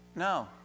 No